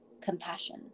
compassion